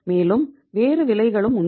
மேலும் வேறு விலைகளும் உண்டு